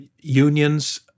unions